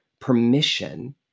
permission